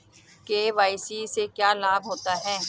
KYC से क्या लाभ होता है?